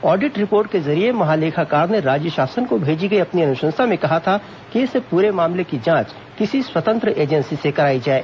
audit report के जरिये महालेखाकार ने राज्य शासन को भेजी गई अपनी अनुशंसा में कहा था कि इस पूरे मामले की जांच किसी स्वतंत्र एजेंसी से कराई जाए